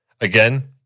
Again